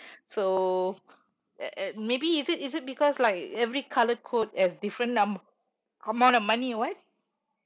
so and and maybe is it is it because like every colour code as different numb~ amount of money or what